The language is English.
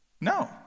No